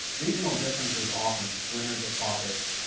regional differences often splintered the caucus.